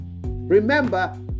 Remember